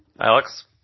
Alex